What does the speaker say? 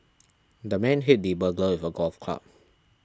the man hit the burglar with a golf club